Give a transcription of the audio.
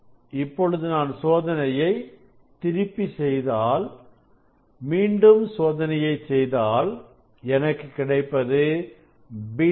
இப்பொழுது நான் சோதனையை திருப்பி செய்தால் சோதனையை மீண்டும் செய்தால் எனக்கு கிடைப்பது β 3